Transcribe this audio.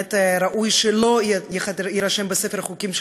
שבאמת ראוי שלא יירשם בספר החוקים של